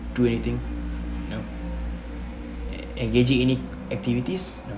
do anything know e~ engaging any activities